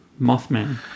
mothman